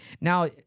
Now